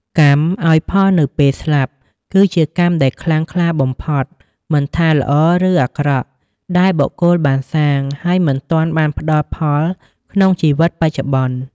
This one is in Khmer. កម្មឲ្យផលនៅពេលស្លាប់ គឺជាកម្មដែលខ្លាំងក្លាបំផុត មិនថាល្អឬអាក្រក់ ដែលបុគ្គលបានសាង ហើយមិនទាន់បានផ្ដល់ផលក្នុងជីវិតបច្ចុប្បន្ន។